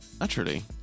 Naturally